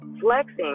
Flexing